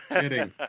kidding